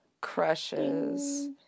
Crushes